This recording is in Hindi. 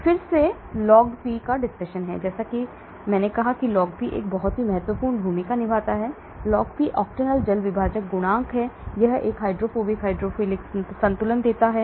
फिर log P आया जैसा कि मैंने कहा कि log P एक बहुत महत्वपूर्ण भूमिका है log P ऑक्टेनॉल जल विभाजन गुणांक है यह एक हाइड्रोफोबिक हाइड्रोफिलिक संतुलन देता है